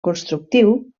constructiu